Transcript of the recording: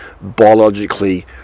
biologically